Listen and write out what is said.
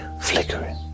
flickering